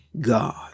God